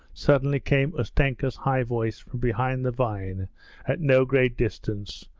suddenly came ustenka's high voice from behind the vine at no great distance,